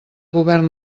govern